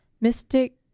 Mystic